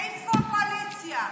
איפה הקואליציה?